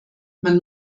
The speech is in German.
man